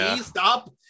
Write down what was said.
stop